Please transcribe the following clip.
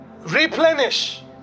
Replenish